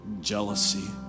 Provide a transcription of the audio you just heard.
Jealousy